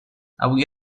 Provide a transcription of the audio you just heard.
avui